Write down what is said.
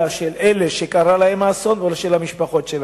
של אלה שקרה להם האסון או של המשפחות שלהם.